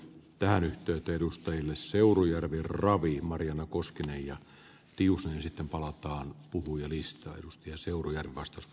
tähän yhtyi perusteena seurujärven raapii mariano koskinen ja tiusanen sitten palataan puhujalistaa ja arvoisa puhemies